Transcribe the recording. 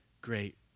great